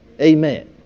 Amen